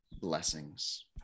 blessings